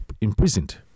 imprisoned